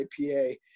IPA